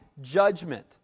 judgment